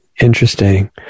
Interesting